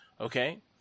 Okay